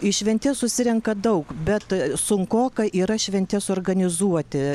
į šventes susirenka daug bet sunkoka yra šventes organizuoti